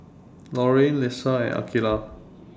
Loraine Lesa and Akeelah